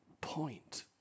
point